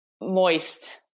Moist